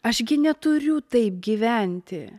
aš gi neturiu taip gyventi